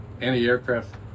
anti-aircraft